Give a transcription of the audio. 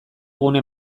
gune